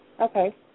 Okay